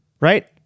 right